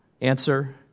Answer